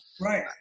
Right